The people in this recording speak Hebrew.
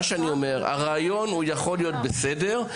אלי דלל (יו”ר הוועדה לזכויות הילד): הרעיון יכול להיות בסדר,